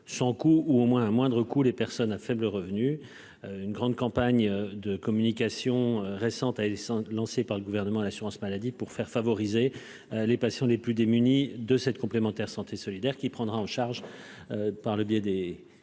sans coût, ou du moins à moindre coût, les personnes à faibles revenus. Une grande campagne de communication a été récemment lancée par le Gouvernement et par l'assurance maladie pour faire bénéficier les patients les plus démunis de cette complémentaire santé solidaire, qui prendra en charge cette